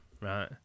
right